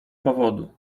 powodu